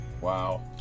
Wow